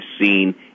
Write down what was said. seen